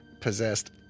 possessed